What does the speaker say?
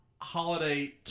holiday